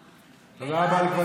החקיקה, ולא על פסקת ההתגברות?